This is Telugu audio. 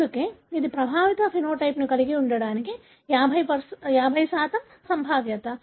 అందుకే ఇది ప్రభావిత సమలక్షణాన్ని కలిగి ఉండటానికి 50 సంభావ్యత